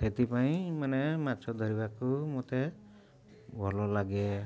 ସେଥିପାଇଁ ମାନେ ମାଛ ଧରିବାକୁ ମତେ ଭଲ ଲାଗେ